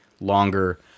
longer